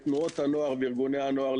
את תנועות הנוער וארגוני הנוער,